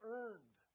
earned